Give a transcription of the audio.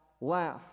laugh